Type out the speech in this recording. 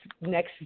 next